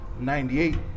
98